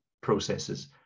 processes